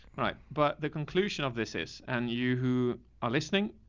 alright, but the conclusion of this is, and you who are listening,